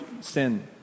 sin